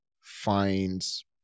finds